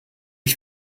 ich